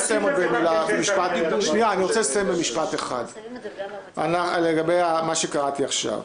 לסיים במשפט אחד לגבי מה שקראתי עכשיו.